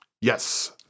Yes